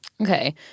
okay